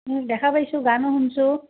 ও দেখা পাইছোঁ গানো শুনিছোঁ